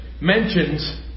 mentions